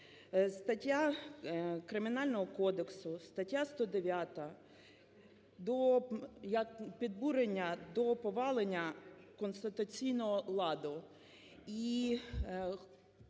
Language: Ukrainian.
стаття Кримінального кодексу, стаття 109, підбурення до повалення конституційного ладу,